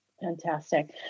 Fantastic